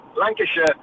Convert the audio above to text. Lancashire